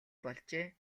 болжээ